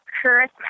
Christmas